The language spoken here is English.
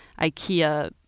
IKEA